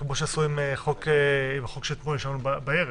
כמו שעשו עם החוק שאישרנו אתמול בערב.